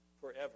forever